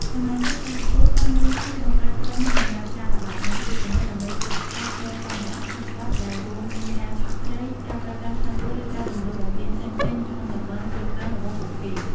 សមាជិកសហគមន៍បានរួមគ្នាបង្កើតក្រុមសម្រាប់ ការល្បាត និងត្រួតពិនិត្យ ដើម្បីទប់ស្កាត់រាល់ការនេសាទខុសច្បាប់ ដែលរួមមានការឆក់ត្រី ការប្រើប្រាស់ថ្នាំពុល ឬការរំលោភបំពានផ្សេងៗនៅក្នុងតំបន់គ្រប់គ្រងរបស់ពួកគេ។